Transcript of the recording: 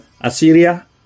Assyria